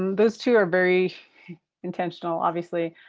those two are very intentional, obviously.